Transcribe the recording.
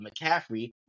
McCaffrey